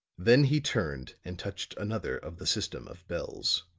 then he turned and touched another of the system of bells.